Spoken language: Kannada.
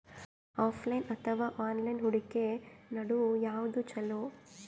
ಆಫಲೈನ ಅಥವಾ ಆನ್ಲೈನ್ ಹೂಡಿಕೆ ನಡು ಯವಾದ ಛೊಲೊ?